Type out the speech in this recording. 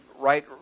right